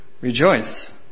rejoice